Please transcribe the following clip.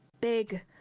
big